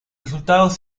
resultados